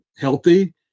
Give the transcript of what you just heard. healthy